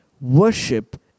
Worship